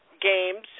Games